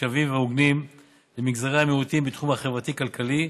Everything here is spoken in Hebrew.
שווים והוגנים למגזרי המיעוטים בתחום החברתי-כלכלי,